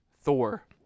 Thor